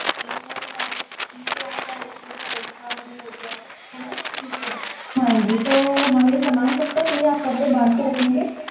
ए four size ठीक है आपका ए फोर साइज का है ना ठीक है हाँ जी तो हम ये सामान कब तक लें आप कब तक बांध के रखेंगे